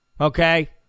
okay